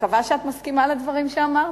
מקווה שאת מסכימה לדברים שאמרתי.